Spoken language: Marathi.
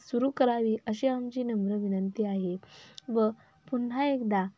सुरू करावी अशी आमची नम्र विनंती आहे व पुन्हा एकदा